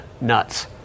nuts